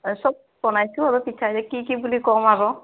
সব বনাইছোঁ আৰু পিঠা কি কি বুলি ক'ম আৰু